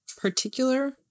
particular